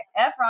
Efron